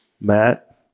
matt